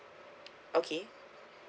okay